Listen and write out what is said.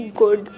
good